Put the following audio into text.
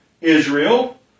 Israel